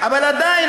אבל עדיין,